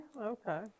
Okay